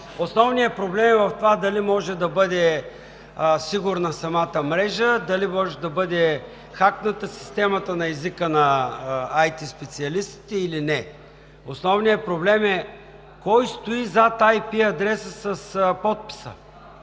основният проблем е в това дали може да бъде сигурна самата мрежа, дали може да бъде хакната системата на езика на IT специалистите, или не. Основният проблем е кой стои зад IP адреса с подписа,